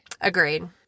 Agreed